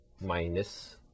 minus